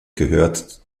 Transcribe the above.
gehört